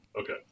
Okay